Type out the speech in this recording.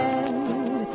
end